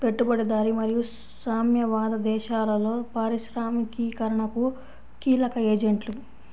పెట్టుబడిదారీ మరియు సామ్యవాద దేశాలలో పారిశ్రామికీకరణకు కీలక ఏజెంట్లు